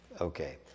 Okay